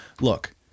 look